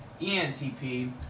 ENTP